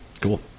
cool